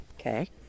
Okay